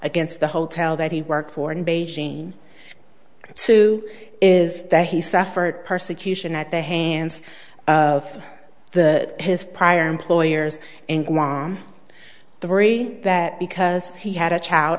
against the hotel that he worked for in beijing two is that he suffered persecution at the hands of the his prior employers in guam three that because he had a child